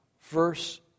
Verse